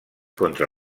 contra